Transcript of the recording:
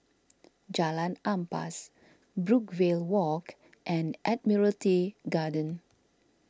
Jalan Ampas Brookvale Walk and Admiralty Garden